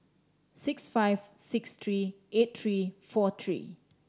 six five six three eight three four three